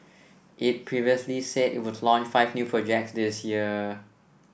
it previously said it would launch five new projects this year